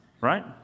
right